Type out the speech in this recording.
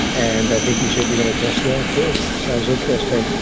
and i think you said you're going to test that, too. she was interesting.